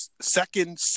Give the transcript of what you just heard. second